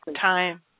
time